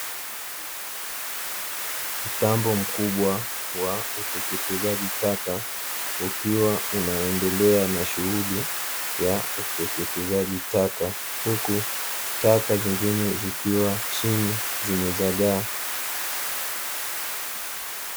Mtambo mkubwa wa uteketezaji taka ukiwa unaendelea na shughuli ya uteketezaji taka, huku taka zingine zikiwa chini zimezagaa.